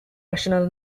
rational